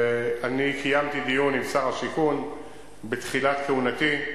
1. אני קיימתי דיון עם שר השיכון בתחילת כהונתי,